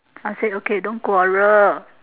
I said okay don't quarrel